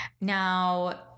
Now